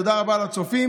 תודה רבה לצופים.